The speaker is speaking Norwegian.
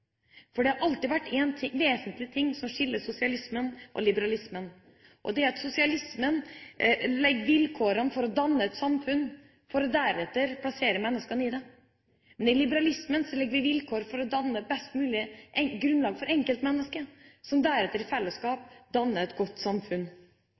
Det har alltid vært en vesentlig ting som skiller sosialismen og liberalismen, og det er at sosialismen legger vilkår for dannelsen av et samfunn for deretter å plassere menneskene i det, men i liberalismen legger man vilkår for å danne et best mulig grunnlag for enkeltmennesket, som deretter i